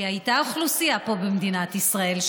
כי הייתה פה אוכלוסייה של יהודים במדינת ישראל.